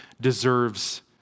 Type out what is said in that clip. deserves